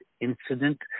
incident